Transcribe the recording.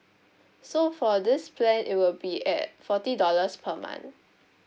so for this plan it will be at forty dollars per month